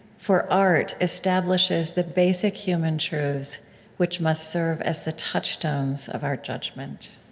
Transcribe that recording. for art establishes the basic human truths which must serve as the touchstone of our judgment.